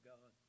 God